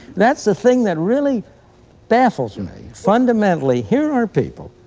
that's the thing that really baffles me. fundamentally, here are people,